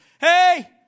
Hey